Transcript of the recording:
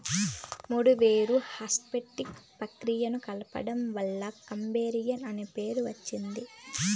మూడు వేర్వేరు హార్వెస్టింగ్ ప్రక్రియలను కలపడం వల్ల కంబైన్ అనే పేరు వచ్చింది